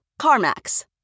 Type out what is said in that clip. CarMax